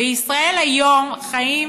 בישראל היום חיים